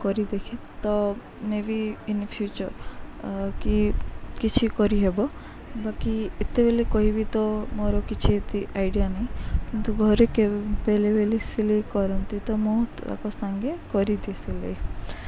କରି ଦେଖେ ତ ମେ ବିି ଇନ୍ ଫ୍ୟୁଚର୍ କି କିଛି କରିହେବ ବାକି ଏତେବେଳେ କହିବି ତ ମୋର କିଛି ଏତେ ଆଇଡ଼ିଆ ନାହିଁ କିନ୍ତୁ ଘରେ କେ ବେଳେ ବେଳେ ସିଲେଇ କରନ୍ତି ତ ମୁଁ ତାଙ୍କ ସାଙ୍ଗେ କରିଦିଏ ସିଲେଇ